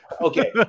okay